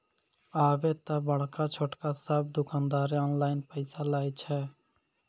आबे त बड़का छोटका सब दुकानदारें ऑनलाइन पैसा लय छै